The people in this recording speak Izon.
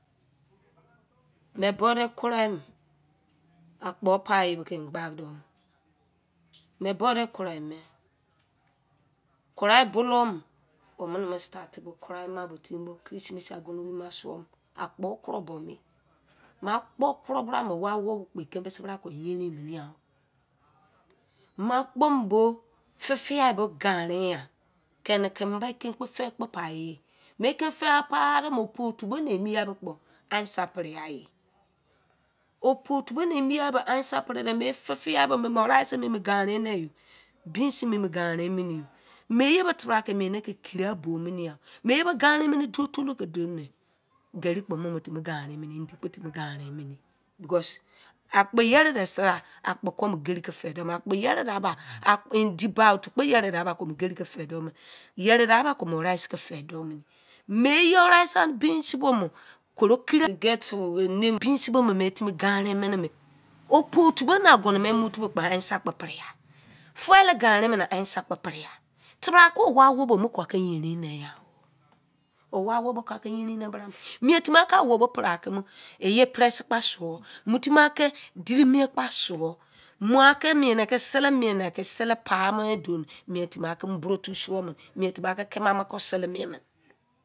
Me bo de kruai akpo pai ye ke emu gba de mene, me bode kruaie, kniai bulou me wu mene bo start bo kruai ma timi bo chriamas ogunu wei ma sou akpo kru boe, me akpo kro bra me me akpo kro brae waowobo kpo eken mise bra ke yerin mene yan o? Me akpo bo fe fiai bo ganren yan kene keme ba inke fe kpo pai ye, me inke fe pai don, opu otu bo ne emi yan bo kpo answer pre ai, opu otu bo ni emi yan bo answer pre de me iye fe fiai bo me morice ganre neye beans mien mi ganren miene ye me iye bo tebra ke mien ne ke kiri abo me ni yan? Me iye bo ganren mene do tolu ke do ne, gerri kpo momotimi ganre mene ye, indi kpo timi ganren because akpo yere de seria akpo komu gerri ke fe do mene akpo yere de ba, indi ba otu kpo yere de da akpo komu gerri kefe do mene, yere de ba komu rice ke fe do mene, me yo rice an beans bo mo koro kiri, me beans bo me nimi ganren mene, opu otu ne ogunu me mi otu bo ba answer kpo preya, guele ganren mene me answer kpo pre-ya, tebra ke wu awobo ka ke yerin ne yan o? O wa o wobo ka awobo pre iye press kpo suo mutimi ake diri mien akpo suo mu ake mien ne sele paimo ye don mien timi ake borotu suo mene, keme ama ke sele mien mene